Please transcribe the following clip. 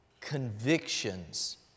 convictions